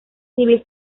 civil